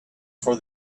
for